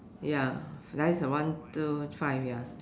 ya there is one two five ya